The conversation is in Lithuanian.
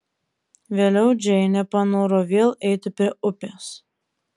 vėliau džeinė panoro vėl eiti prie upės